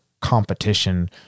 competition